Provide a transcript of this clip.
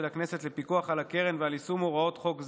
הכנסת לפיקוח על הקרן ועל יישום הוראות חוק זה,